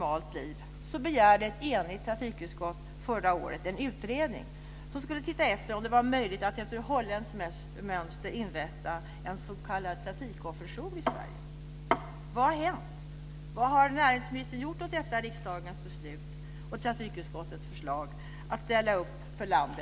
Det är ganska löjeväckande.